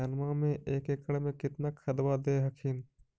धनमा मे एक एकड़ मे कितना खदबा दे हखिन?